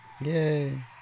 Yay